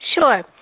Sure